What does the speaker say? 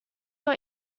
your